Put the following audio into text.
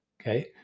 okay